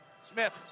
Smith